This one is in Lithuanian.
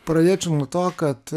pradėčiau nuo to kad